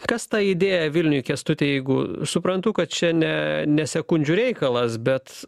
kas tą idėją vilniui kęstuti jeigu suprantu kad čia ne ne sekundžių reikalas bet